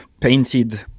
painted